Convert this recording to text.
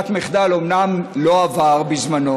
כמעט בכל שבוע יש כתבות גדולות בעיתונים,